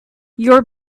your